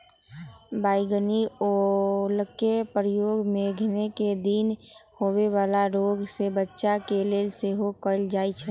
बइगनि ओलके प्रयोग मेघकें दिन में होय वला रोग से बच्चे के लेल सेहो कएल जाइ छइ